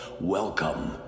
Welcome